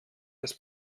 des